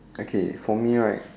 okay for me right